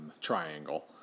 triangle